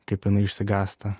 kaip jinai išsigąsta